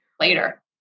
later